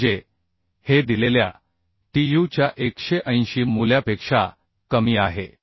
म्हणजे हे दिलेल्या TU च्या 180 मूल्यापेक्षा कमी आहे